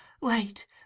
Wait